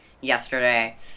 yesterday